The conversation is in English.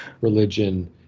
religion